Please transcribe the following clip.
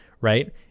right